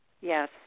Yes